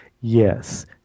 Yes